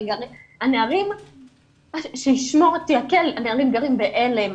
נערים גרים ב'עלם',